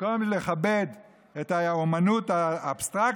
במקום לכבד את האומנות האבסטרקטית,